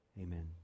Amen